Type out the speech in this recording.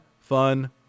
fun